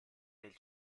del